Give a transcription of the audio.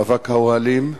מאבק האוהלים,